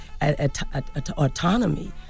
autonomy